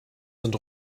sind